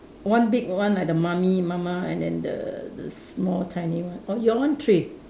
one big one like the mummy mama and then the the small tiny one orh your one three